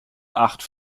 acht